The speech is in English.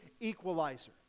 equalizer